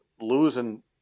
losing